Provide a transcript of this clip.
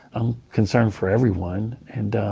i'm concerned for everyone. and